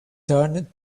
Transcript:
turned